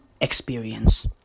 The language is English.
Experience